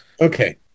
okay